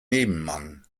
nebenmann